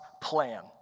plan